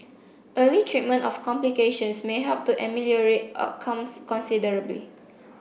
early treatment of complications may help to ameliorate outcomes considerably